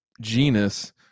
genus